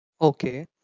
Okay